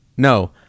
No